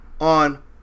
on